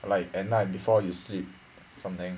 like at night before you sleep something